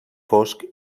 fosc